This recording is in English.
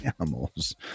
animals